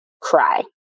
cry